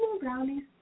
brownies